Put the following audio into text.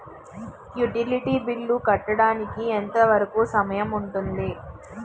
Utility bill కట్టడానికి ఎంత వరుకు సమయం ఉంటుంది?